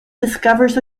discovers